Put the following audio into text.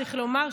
צריך לומר,